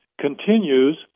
continues